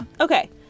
okay